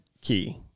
key